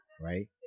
right